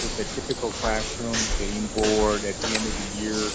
with the typical classroom, getting bored at the end of the year.